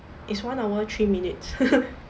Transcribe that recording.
it's one hour three minutes